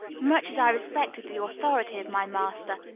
much as i respected the authority of my master,